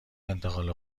انتقال